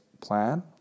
plan